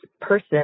person